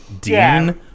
Dean